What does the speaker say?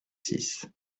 six